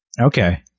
Okay